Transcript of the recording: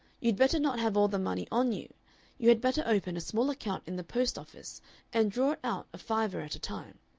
you'd better not have all the money on you you had better open a small account in the post-office and draw it out a fiver at a time.